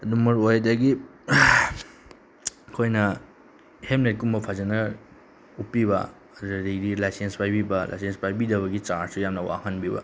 ꯑꯗꯨꯝ ꯃꯔꯨ ꯑꯣꯏ ꯑꯗꯒꯤ ꯑꯩꯈꯣꯏꯅ ꯍꯦꯝꯂꯦꯠꯀꯨꯝꯕ ꯐꯖꯅ ꯎꯞꯄꯤꯕ ꯑꯗꯨꯗꯒꯤꯗꯤ ꯂꯥꯏꯁꯦꯟꯁ ꯄꯥꯏꯕꯤꯕ ꯂꯥꯏꯁꯦꯟꯁ ꯄꯥꯏꯕꯤꯗꯕꯒꯤ ꯆꯥꯔꯖꯁꯦ ꯌꯥꯝꯅ ꯋꯥꯡꯍꯟꯕꯤꯕ